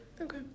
Okay